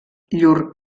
llur